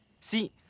See